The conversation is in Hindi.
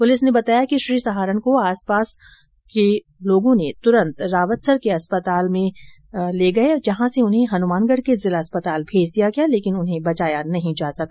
पूलिस ने बताया कि श्री सहारण को आसपास मौजूद लोग तुरंत रावतसर के अस्पताल में ले गये जहां से उन्हें हनुमानगढ़ के जिला अस्पताल भेज दिया गया लेकिन उन्हें बचाया नहीं जा सका